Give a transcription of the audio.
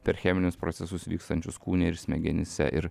per cheminius procesus vykstančius kūne ir smegenyse ir